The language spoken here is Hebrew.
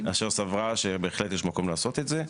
אשר סברה שבהחלט יש מקום לעשות את זה.